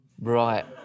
Right